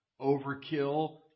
overkill